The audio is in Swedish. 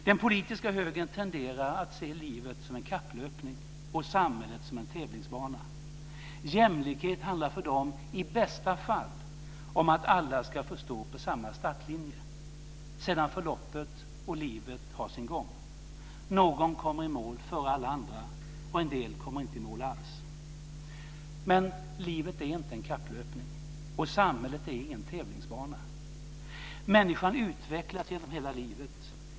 Den politiska högern tenderar att se livet som en kapplöpning och samhället som en tävlingsbana. Jämlikhet handlar för dem i bästa fall om att alla ska få stå på samma startlinje. Sedan får loppet och livet ha sin gång. Någon kommer i mål före alla andra, och en del kommer inte i mål alls. Men livet är inte en kapplöpning, och samhället är ingen tävlingsbana. Människan utvecklas genom hela livet.